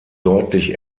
deutlich